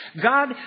God